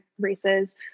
races